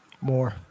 More